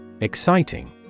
Exciting